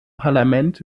parlament